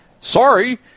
Sorry